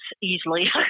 easily